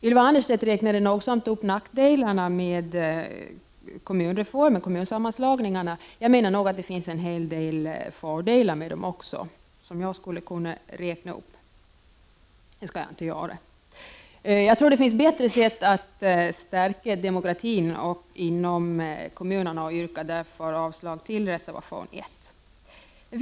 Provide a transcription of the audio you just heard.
Ylva Annerstedt räknade nogsamt upp nackdelarna med kommunsammanslagningarna, men jag menar att det nog också finns många fördelar med dem -— jag skulle kunna räkna upp dem, men det gör jag inte. Det finns bättre sätt att stärka demokratin i kommunerna, och jag yrkar därför avslag på reservation 1.